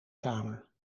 kamer